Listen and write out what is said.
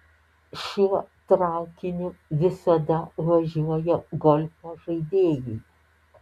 šiuo traukiniu visada važiuoja golfo žaidėjai